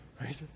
right